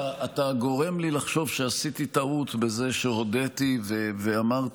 אתה גורם לי לחשוב שעשיתי טעות בזה שהודיתי ואמרתי,